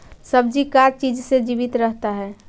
सब्जी का चीज से जीवित रहता है?